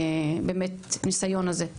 באמת, ניסיון הזה?